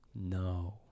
No